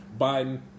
Biden